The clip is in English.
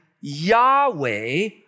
Yahweh